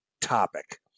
topic